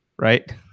Right